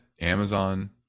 Amazon